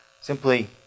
simply